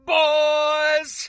boys